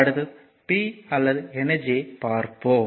அடுத்து P அல்லது energy ஐ பார்ப்போம்